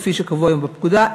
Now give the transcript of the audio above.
כפי שקבוע היום בפקודה,